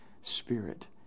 Spirit